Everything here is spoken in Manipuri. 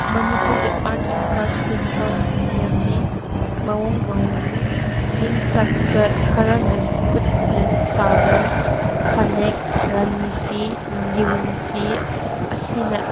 ꯃꯅꯤꯄꯨꯔꯒꯤ ꯑꯥꯔꯠ ꯑꯦꯟ ꯀ꯭ꯔꯥꯐꯁꯦ ꯃꯈꯜ ꯌꯥꯝꯃꯦ ꯃꯑꯣꯡ ꯃꯑꯣꯡꯅꯤ ꯃꯤꯡ ꯆꯠꯄ ꯈꯔꯅ ꯈꯨꯠꯅ ꯁꯥꯕ ꯐꯅꯦꯛ ꯔꯥꯅꯤ ꯐꯤ ꯂꯤꯔꯨꯝ ꯐꯤ ꯑꯁꯤꯅ